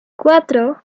cuatro